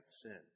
sin